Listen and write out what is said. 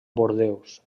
bordeus